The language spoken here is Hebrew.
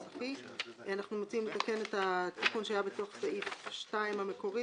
אנחנו מציעים לתקן את התיקון שהיה בסעיף 2 המקורי